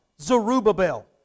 Zerubbabel